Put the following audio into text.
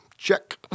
Check